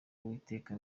uwiteka